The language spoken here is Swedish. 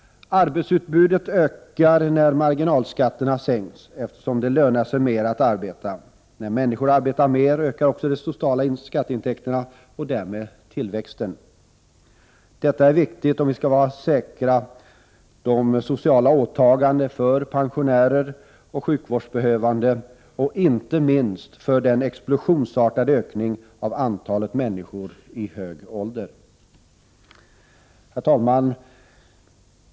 Arbetsutbudet ökar när marginalskatterna sänks, eftersom det då lönar sig mera att arbeta. När människor arbetar mer ökar också de totala skatteintäkterna och därmed tillväxten. Detta är viktigt om vi skall säkra de sociala åtagandena för pensionärer och sjukvårdsbehövande och inte minst för den explosionsartade ökningen av antalet människor i hög ålder. Herr talman!